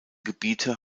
gebiete